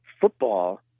football